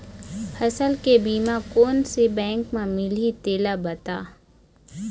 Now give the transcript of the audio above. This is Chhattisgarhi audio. फसल के बीमा कोन से बैंक म मिलही तेला बता?